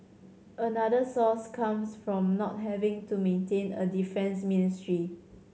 another source comes from not having to maintain a defence ministry